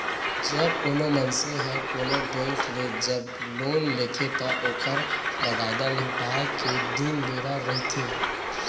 जब कोनो मनसे ह कोनो बेंक ले जब लोन लेथे त ओखर बकायदा लहुटाय के दिन बेरा रहिथे